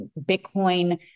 Bitcoin